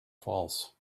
false